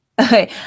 Okay